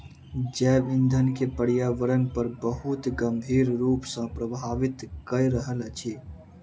जैव ईंधन के पर्यावरण पर बहुत गंभीर रूप सॅ प्रभावित कय रहल अछि